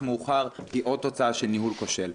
מאוחר היא עוד תוצאה של ניהול כושל.